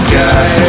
guy